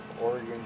Oregon